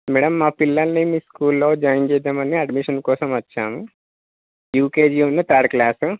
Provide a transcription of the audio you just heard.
madam మా పిల్లల్ని మీ స్కూల్లో జాయిన్ చేద్దామని అడ్మిషన్ కోసం వచ్చాము యూకేజీనూ థర్డ్ క్లాసు